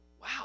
wow